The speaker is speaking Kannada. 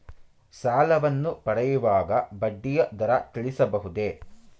ಸಾಲವನ್ನು ಪಡೆಯುವಾಗ ಬಡ್ಡಿಯ ದರ ತಿಳಿಸಬಹುದೇ?